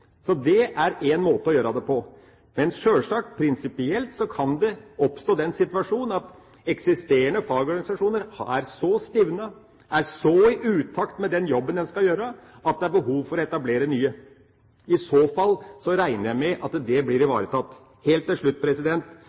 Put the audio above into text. Så det er én måte å gjøre det på. Men sjølsagt: Prinsipielt kan det oppstå den situasjon at eksisterende fagorganisasjoner er så stivnet, er så i utakt med den jobben de skal gjøre, at det er behov for å etablere nye. I så fall regner jeg med at det blir ivaretatt. Helt til slutt: